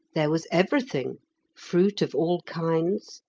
there was everything fruit of all kinds,